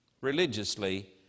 religiously